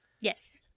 Yes